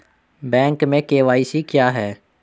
Bank में KYC क्या है?